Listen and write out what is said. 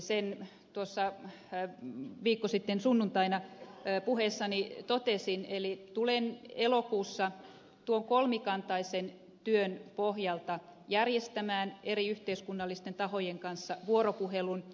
sen tuossa viikko sitten sunnuntaina puheessani totesin eli tulen elokuussa tuon kolmikantaisen työn pohjalta järjestämään eri yhteiskunnallisten tahojen kanssa vuoropuhelun